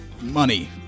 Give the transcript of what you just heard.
money